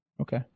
Okay